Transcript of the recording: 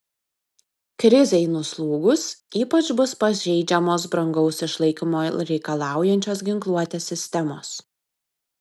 krizei nuslūgus ypač bus pažeidžiamos brangaus išlaikymo reikalaujančios ginkluotės sistemos